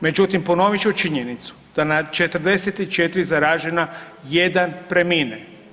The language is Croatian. Međutim, ponovit ću činjenicu da na 44 zaražena jedan premine.